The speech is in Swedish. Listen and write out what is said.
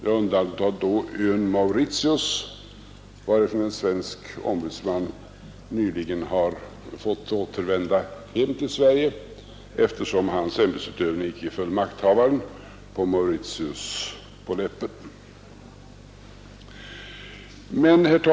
Jag undantar då vad som förekommit på ön Mauritius, varifrån en svensk ombudsman nyligen har fått återvända hem till Sverige, eftersom hans ämbetsutövning icke föll makthavaren på Mauritius på läppen.